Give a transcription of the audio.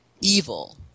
evil